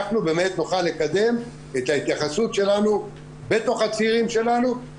אנחנו באמת נוכל לקדם את ההתייחסות שלנו בתוך הצעירים שלנו,